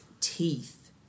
teeth